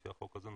לפי החוק הזה,